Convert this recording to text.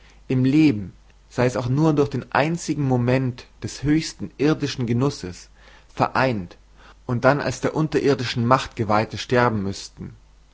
im leben sei es auch nur durch den einzigen moment des höchsten irdischen genusses vereint und dann als der unterirdischen macht geweihte sterben müßten